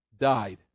died